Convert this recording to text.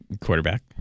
Quarterback